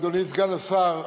אדוני סגן השר,